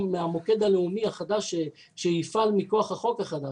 מהמוקד הלאומי החדש שיפעל בכוח החוק החדש,